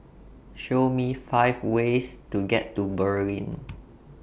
Show Me five ways to get to Berlin